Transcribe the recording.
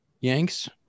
Yanks